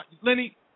Lenny